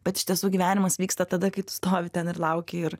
bet iš tiesų gyvenimas vyksta tada kai tu stovi ten ir lauki ir